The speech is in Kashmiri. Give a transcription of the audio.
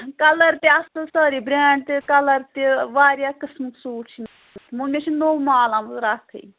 کَلر تہِ اَصٕل سٲرٕے برینٛڈ تہِ کَلَر تہِ واریاہ قٕسمٕکۍ سوٗٹ چھِ وُنکٮ۪س چھُ نوٚو مال آمُت رَاتھٕے